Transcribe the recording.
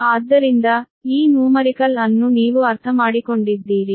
ಆದ್ದರಿಂದ ಈ ನೂಮರಿಕಲ್ ಅನ್ನು ನೀವು ಅರ್ಥಮಾಡಿಕೊಂಡಿದ್ದೀರಿ